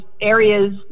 areas